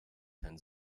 kein